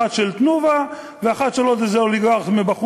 אחת של "תנובה "ואחת של עוד איזה אוליגרך מבחוץ,